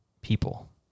people